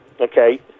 okay